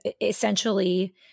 essentially